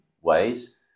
ways